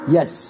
Yes